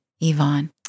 Yvonne